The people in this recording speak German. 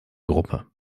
gruppe